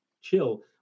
chill